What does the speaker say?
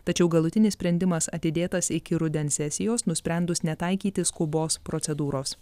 tačiau galutinis sprendimas atidėtas iki rudens sesijos nusprendus netaikyti skubos procedūros